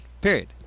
period